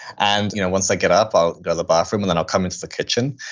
and you know once i get up, i'll go the bathroom and then i'll come into the kitchen.